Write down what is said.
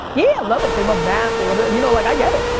yeah love it. they love math, they love it. you know like i get it.